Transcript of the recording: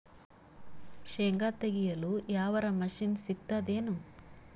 ಶೇಂಗಾ ತೆಗೆಯಲು ಯಾವರ ಮಷಿನ್ ಸಿಗತೆದೇನು?